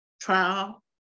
trial